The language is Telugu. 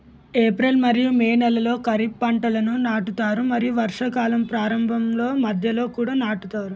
ఏప్రిల్ మరియు మే నెలలో ఖరీఫ్ పంటలను నాటుతారు మరియు వర్షాకాలం ప్రారంభంలో మధ్యలో కూడా నాటుతారు